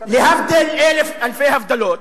להבדיל אלף אלפי הבדלות,